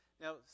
Now